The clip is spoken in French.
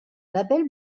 label